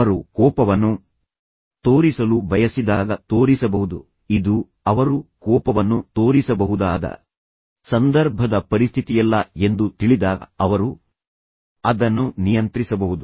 ಅವರು ಕೋಪವನ್ನು ತೋರಿಸಲು ಬಯಸಿದಾಗ ತೋರಿಸಬಹುದು ಇದು ಅವರು ಕೋಪವನ್ನು ತೋರಿಸಬಹುದಾದ ಸಂದರ್ಭದ ಪರಿಸ್ಥಿತಿಯಲ್ಲ ಎಂದು ತಿಳಿದಾಗ ಅವರು ಅದನ್ನು ನಿಯಂತ್ರಿಸಬಹುದು